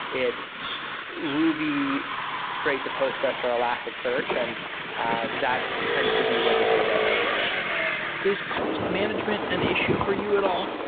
it's ruby straight to postgresql, or elasticsearch and that tends to be where the data ends up living is cost management an issue for you at all?